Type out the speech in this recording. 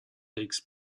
takes